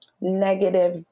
negative